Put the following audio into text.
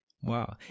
Wow